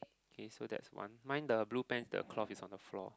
okay so that's one mine the blue pants the cloth is on the floor